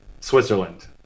Switzerland